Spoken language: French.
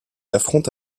affronte